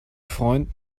freund